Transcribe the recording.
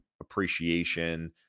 appreciation